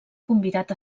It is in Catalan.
convidat